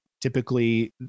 Typically